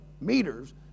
meters